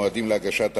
מועדים להגשת עררים,